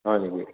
হয় নেকি